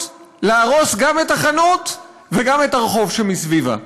להרוס גם את החנות וגם את הרחוב שמסביבה.